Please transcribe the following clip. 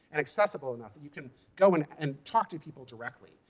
and accessible enough that you can go and and talk to people directly.